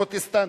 פרוטסטנטי.